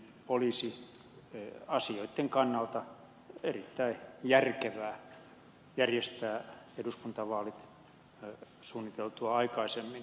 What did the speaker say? olisi asioitten kannalta erittäin järkevää järjestää eduskuntavaalit suunniteltua aikaisemmin